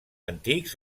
antics